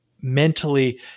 mentally